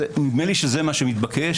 נדמה לי שזה מה שמתבקש.